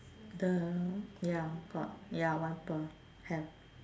the ya got ya wiper have